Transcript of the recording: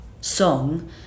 song